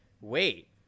wait